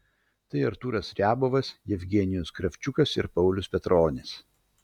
tai artūras riabovas jevgenijus kravčiukas ir paulius petronis